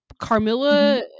carmilla